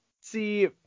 See